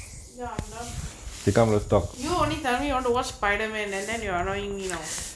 ya I'm done you only tell me on watch spiderman and then you are annoying me now